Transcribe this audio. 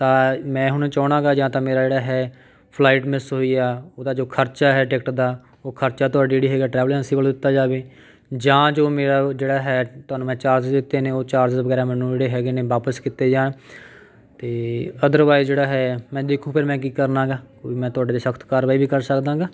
ਤਾਂ ਮੈਂ ਹੁਣ ਚਾਹੁੰਦਾ ਹੈਗਾ ਜਾਂ ਤਾਂ ਮੇਰਾ ਜਿਹੜਾ ਹੈ ਫਲਾਈਟ ਮਿਸ ਹੋਈ ਆ ਉਹਦਾ ਜੋ ਖਰਚਾ ਹੈ ਟਿਕਟ ਦਾ ਉਹ ਖਰਚਾ ਤੁਹਾਡੀ ਜਿਹੜੀ ਹੈਗੀ ਆ ਟਰੈਵਲ ਏਜੰਸੀ ਵੱਲੋਂ ਦਿਤਾ ਜਾਵੇ ਜਾਂ ਜੋ ਮੇਰਾ ਜਿਹੜਾ ਹੈ ਤੁਹਾਨੂੰ ਮੈਂ ਚਾਰਜ ਦਿੱਤੇ ਨੇ ਉਹ ਚਾਰਜ ਵਗੈਰਾ ਮੈਨੂੰ ਜਿਹੜੇ ਹੈਗੇ ਨੇ ਵਾਪਸ ਕੀਤੇ ਜਾਣ ਅਤੇ ਅਦਰਵਾਈਜ਼ ਜਿਹੜਾ ਹੈ ਮੈਂ ਦੇਖੋ ਫਿਰ ਮੈਂ ਕੀ ਕਰਨਾ ਹੈਗਾ ਕੋਈ ਮੈਂ ਤੁਹਾਡੇ 'ਤੇ ਸਖ਼ਤ ਕਾਰਵਾਈ ਵੀ ਕਰ ਸਕਦਾ ਹੈਗਾ